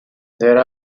there